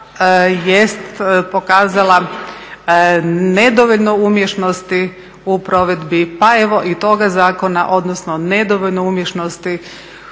jest pokazala nedovoljno umješnosti u provedbi pa evo i toga zakona, odnosno nedovoljno umješnosti